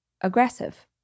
aggressive